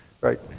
Right